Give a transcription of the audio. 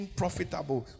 profitable